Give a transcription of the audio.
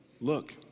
look